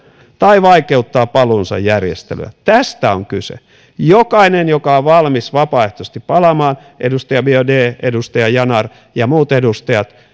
tai vaikeuttaa paluunsa järjestelyä tästä on kyse jokainen joka on valmis vapaaehtoisesti palaamaan edustaja biaudet edustaja ya nar ja muut edustajat